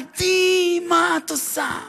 עדי, מה את עושה?